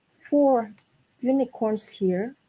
four unicorns here,